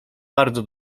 bardzo